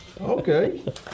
Okay